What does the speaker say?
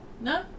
No